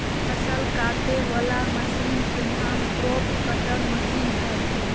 फसल काटे वला मशीन के नाम क्रॉप कटर मशीन हइ